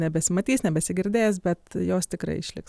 nebesimatys nebesigirdės bet jos tikrai išliks